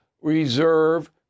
reserve